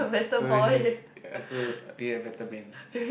so is she ya so be a better man